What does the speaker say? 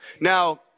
Now